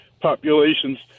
populations